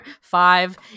five